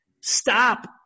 stop